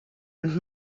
and